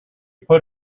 put